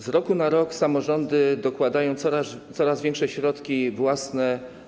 Z roku na rok samorządy dokładają do oświaty coraz większe środki własne.